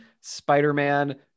Spider-Man